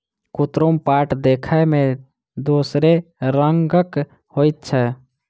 कुतरुम पाट देखय मे दोसरे रंगक होइत छै